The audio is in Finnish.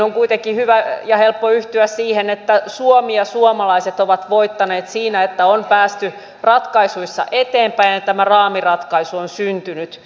on kuitenkin hyvä ja helppo yhtyä siihen että suomi ja suomalaiset ovat voittaneet siinä että on päästy ratkaisuissa eteenpäin ja tämä raamiratkaisu on syntynyt